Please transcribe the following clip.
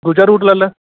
ਦੂਜਾ ਰੂਟ ਲੈ ਲੈ